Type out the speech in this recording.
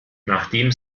nachdem